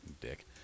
Dick